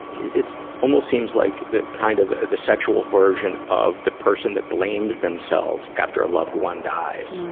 it's almost seems like the kind of, the sexual version of the person that blames themselves after a loved one dies.